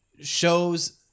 shows